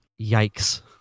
yikes